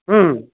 হুম